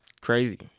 Crazy